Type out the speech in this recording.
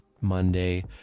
Monday